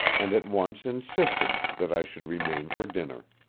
and at once insisted that i should remain for dinner.